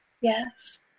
Yes